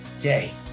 day